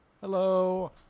Hello